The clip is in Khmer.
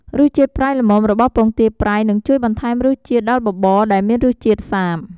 រសជាតិប្រៃល្មមរបស់ពងទាប្រៃ នឹងជួយបន្ថែមរសជាតិដល់បបរសដែលមានរសជាតិសាប។